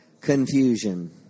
Confusion